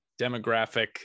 demographic